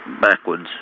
backwards